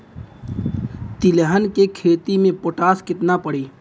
तिलहन के खेती मे पोटास कितना पड़ी?